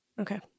Okay